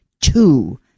Two